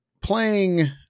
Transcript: playing